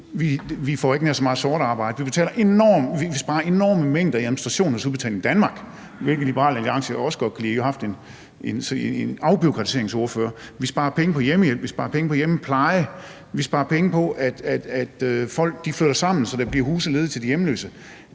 heller ikke nær så meget sort arbejde. Vi vil spare enorme mængder i administration hos Udbetaling Danmark, hvilket Liberal Alliance jo også godt kan lide. I har jo haft en afbureaukratiseringsordfører. Vi vil spare penge på hjemmehjælp og på hjemmepleje. Vi vil spare penge, ved at folk flytter sammen, så der bliver huse ledige til de hjemløse.